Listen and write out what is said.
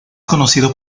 conocido